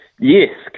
Yes